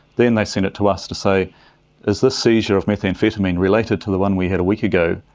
then they send it to us to say is this seizure of methamphetamine related to the one we had a week ago?